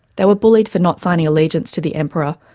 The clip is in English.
they were bullied for not signing allegiance to the emperor,